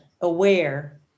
Aware